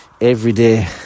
everyday